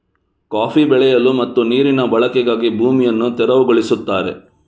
coffee ಬೆಳೆಯಲು ಮತ್ತು ನೀರಿನ ಬಳಕೆಗಾಗಿ ಭೂಮಿಯನ್ನು ತೆರವುಗೊಳಿಸುತ್ತಾರೆ